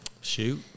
Shoot